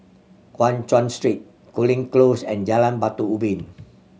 Guan Chuan Street Cooling Close and Jalan Batu Ubin